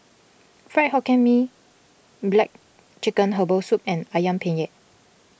Fried Hokkien Mee Black Chicken Herbal Soup and Ayam Penyet